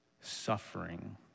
suffering